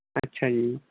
ਅੱਛਾ ਜੀ